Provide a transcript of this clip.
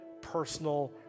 personal